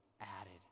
added